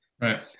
Right